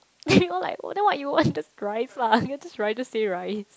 then you know like then what you want just rice lah just rice just say rice